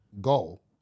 goal